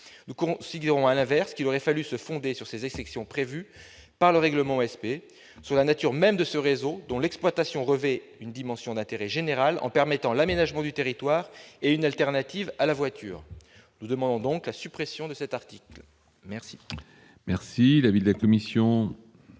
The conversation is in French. Nous considérons, à l'inverse, qu'il aurait fallu se fonder sur les exceptions prévues par le règlement OSP, sur la nature même de ce réseau dont l'exploitation revêt une dimension d'intérêt général en permettant l'aménagement du territoire et en offrant une solution de substitution à la voiture. Pour l'ensemble de ces